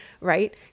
right